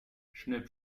schnipp